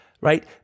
Right